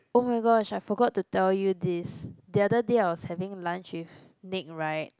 oh-my-gosh I forgot to tell you this the other day I was having lunch with Nick right